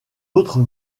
autres